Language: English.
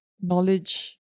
knowledge